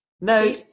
No